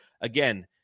again